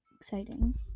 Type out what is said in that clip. Exciting